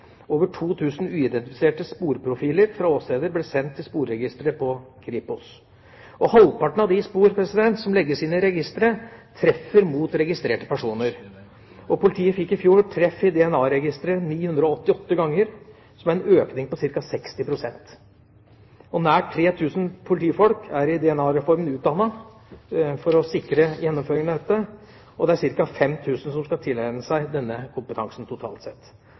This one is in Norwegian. Over 2 000 uidentifiserte sporprofiler fra åsteder ble sendt til sporregisteret til Kripos. Halvparten av de spor som legges inn i registeret, treffer mot registerte personer. Politiet fikk i fjor treff i DNA-registeret 988 ganger, som er en økning på ca. 60 pst. Nær 3 000 politifolk er i DNA-reformen utdannet for å sikre gjennomføringen av dette, og det er ca. 5 000 som skal tilegne seg denne kompetansen totalt sett.